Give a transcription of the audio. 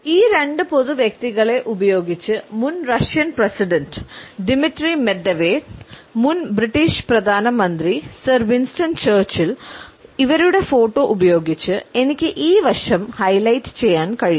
ഈ രണ്ട് പൊതു വ്യക്തികളെ ഉപയോഗിച്ച് മുൻ റഷ്യൻ പ്രസിഡന്റ് ദിമിത്രി മെദ്വദേവിന്റെയും ഫോട്ടോ ഉപയോഗിച്ച് എനിക്ക് ഈ വശം ഹൈലൈറ്റ് ചെയ്യാൻ കഴിയും